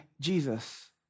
Jesus